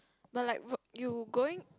but like where~ you going